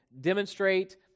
demonstrate